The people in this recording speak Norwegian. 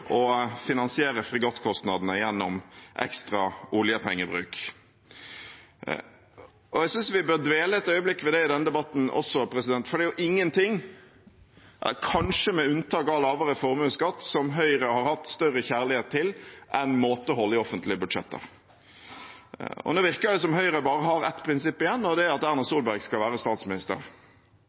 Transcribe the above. finansiere fregattkostnadene gjennom ekstra oljepengebruk. Jeg synes vi bør dvele et øyeblikk ved det i denne debatten også, for det er jo ingenting, kanskje med unntak av lavere formuesskatt, som Høyre har hatt større kjærlighet til enn måtehold i offentlige budsjetter. Nå virker det som Høyre bare har ett prinsipp igjen, og det er at Erna Solberg skal være statsminister.